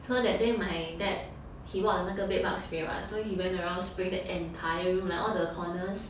so that day my dad he bought 了那个 bed bug spray [what] so he went around spraying the entire room like all the corners